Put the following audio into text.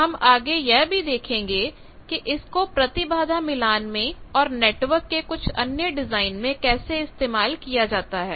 हम आगे यह भी देखेंगे कि इसको प्रतिबाधा मिलान में और नेटवर्क के कुछ अन्य डिजाइन में कैसे इस्तेमाल किया जाता है